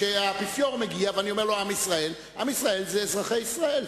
כשהאפיפיור מגיע ואני אומר לו "עם ישראל" עם ישראל זה אזרחי ישראל,